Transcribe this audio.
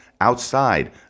outside